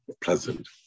pleasant